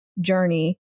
journey